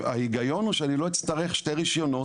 ההיגיון הוא שאני לא אצטרך שני רישיונות.